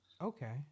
okay